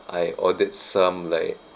I ordered some like